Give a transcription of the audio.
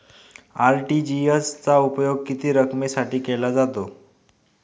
RTGS चा उपयोग किती रकमेसाठी केला जातो?